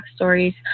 backstories